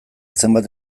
zenbat